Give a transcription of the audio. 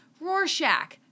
Rorschach